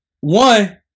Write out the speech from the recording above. one